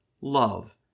love